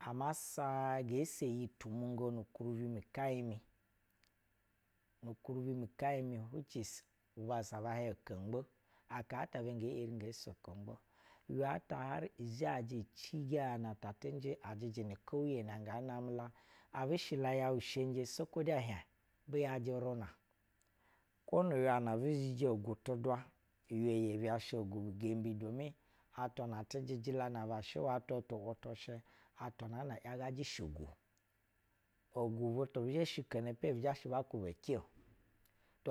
Aama sa go so iyi tu mungo nu kuribi mu kain mu nu ukuribi mu kaiy mu-shich is bu bassa bɛ hiɛy kengbɛ aka ibɛ ngee eri ngoo so kengbe uywa ta har zhajɛ ci gana atii njɛ ajɛjɛ ni keuye na ngaa namɛ la abi shɛ la yɛu ishɛye sai kwo de ɛhiey bu yajɛ uruna. Kwo nu ywa na obi zhiji ogu tu elwa uywa yebi asha. Ogwu bi gembi gunu atwa na ati jɛjɛ la na aba shɛ atwa tu wutu shɛ ativa naan a yagajɛ shigwu ogwu butu bi zhɛ shikono epe bu zha shɛ ba kwuba uce-o.